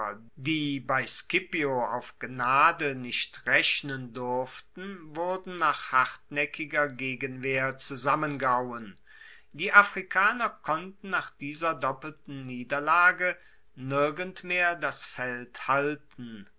die bei scipio auf gnade nicht rechnen durften wurden nach hartnaeckiger gegenwehr zusammengehauen die afrikaner konnten nach dieser doppelten niederlage nirgend mehr das feld halten